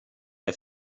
der